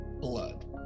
blood